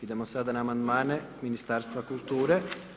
Idemo sada na amandmane Ministarstva kulture.